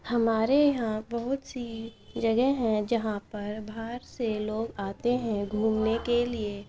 ہمارے یہاں بہت سی جگہ ہیں جہاں پر باہر سے لوگ آتے ہیں گھومنے کے لیے